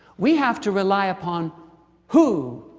we have to rely upon who,